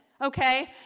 Okay